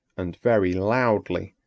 and very loudly,